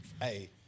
Hey